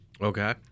Okay